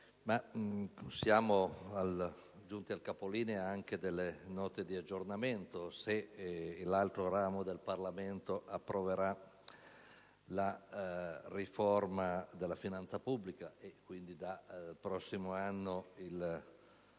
siamo giunti al capolinea delle Note di aggiornamento, se anche l'altro ramo del Parlamento approverà la riforma della finanza pubblica per cui dal prossimo anno il